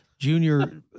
junior